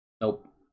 Nope